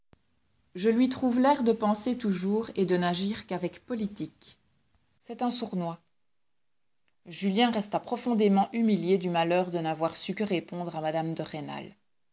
je lui trouve l'air de penser toujours et de n'agir qu'avec politique c'est un sournois julien resta profondément humilié du malheur de n'avoir su que répondre à mme de rênal